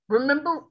Remember